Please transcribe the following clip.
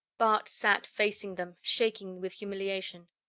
bart sat facing them, shaking with humiliation.